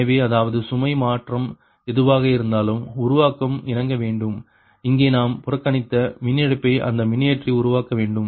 எனவே அதாவது சுமை மாற்றம் எதுவாக இருந்தாலும் உருவாக்கம் இணங்க வேண்டும் இங்கே நாம் புறக்கணித்த மின் இழப்பை அந்த மின்னியற்றி உருவாக்க வேண்டும்